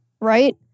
right